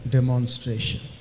Demonstration